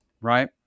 Right